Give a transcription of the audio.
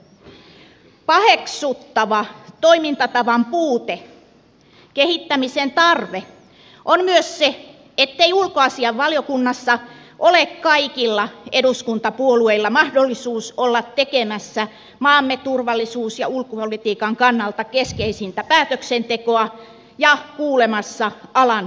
paheksuttava toimintatavan puute kehittämisen tarve on myös se ettei ulkoasiainvaliokunnassa ole kaikilla eduskuntapuolueilla mahdollisuus olla tekemässä maamme turvallisuus ja ulkopolitiikan kannalta keskeisintä päätöksentekoa ja kuulemassa alan huippuasiantuntijoita